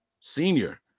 senior